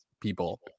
people